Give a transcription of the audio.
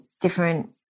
different